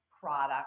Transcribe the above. product